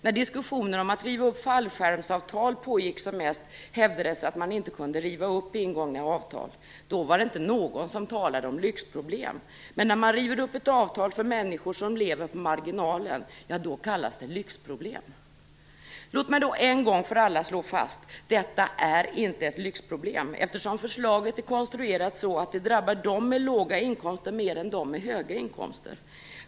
När diskussionen om att riva upp fallskärmsavtal pågick som mest, hävdades att man inte kunde riva upp ingångna avtal. Då var det inte någon som talade om lyxproblem, men när man river upp ett avtal för människor som lever på marginalen kallas det för lyxproblem. Låt mig då en gång för alla slå fast att detta inte är ett lyxproblem, eftersom förslaget är konstruerat så att det drabbar dem med låga inkomster mer än dem med höga inkomster.